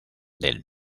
del